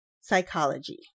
psychology